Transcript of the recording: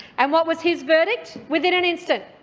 and what was his verdict? within an instant,